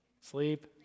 sleep